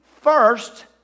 first